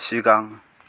सिगां